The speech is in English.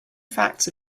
facts